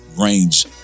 range